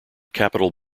capital